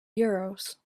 euros